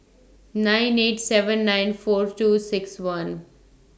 nine eight nine seven four two six one